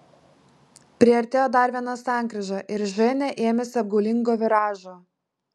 priartėjo dar viena sankryža ir ženia ėmėsi apgaulingo viražo